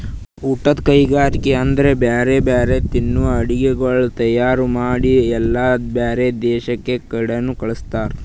ಊಟದ್ ಕೈಗರಿಕೆಗೊಳ್ ಅಂದುರ್ ಬ್ಯಾರೆ ಬ್ಯಾರೆ ತಿನ್ನುವ ಅಡುಗಿಗೊಳ್ ತೈಯಾರ್ ಮಾಡಿ ಎಲ್ಲಾ ಬ್ಯಾರೆ ದೇಶದ ಕಡಿನು ಕಳುಸ್ತಾರ್